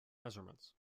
measurements